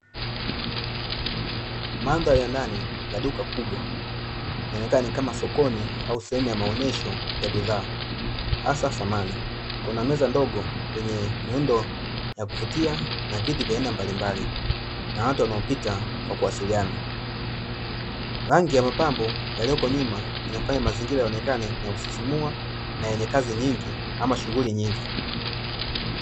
Mandhari ya ndani ya duka kubwa, inaonekana ni kama sokoni au sehemu ya maonyesho ya bidhaa hasa samani. Kuna meza ndogo zenye miundo ya kuvutia, na viti vya aina mbalimbali. Na watu wanaopita kwa kuwasiliana. Rangi ya mapambo yaliko nyuma, yanafanya mazingira yaonekane ni ya kusisimua, na yenye kazi nyingi au shughuli nyingi.